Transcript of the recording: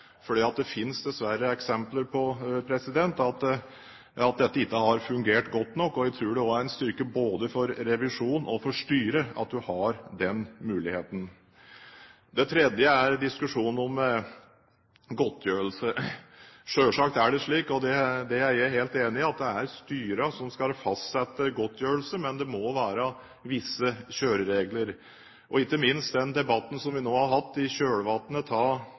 Det finnes dessverre eksempler på at dette ikke har fungert godt nok. Jeg tror det er en styrke både for revisjonen og for styret at en har den muligheten. Det tredje er diskusjonen om godtgjørelse. Selvsagt er det slik, og det er jeg helt enig i, at det er styrene som skal fastsette godtgjørelse – men det må være visse kjøreregler. Ikke minst den debatten vi har hatt i